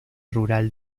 rural